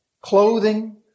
clothing